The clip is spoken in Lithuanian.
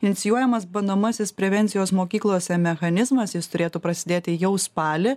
inicijuojamas bandomasis prevencijos mokyklose mechanizmas jis turėtų prasidėti jau spalį